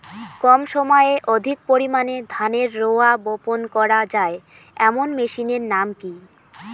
কম সময়ে অধিক পরিমাণে ধানের রোয়া বপন করা য়ায় এমন মেশিনের নাম কি?